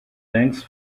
thanks